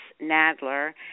Nadler